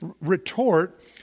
retort